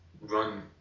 run